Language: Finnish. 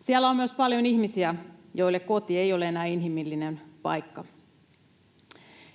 Siellä on myös paljon ihmisiä, joille koti ei ole enää inhimillinen paikka.